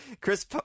Chris